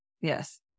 Yes